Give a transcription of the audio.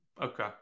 Okay